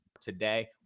today